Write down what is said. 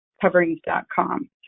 coverings.com